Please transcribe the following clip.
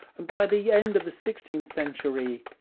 and by the end of the sixteenth century,